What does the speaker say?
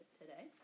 today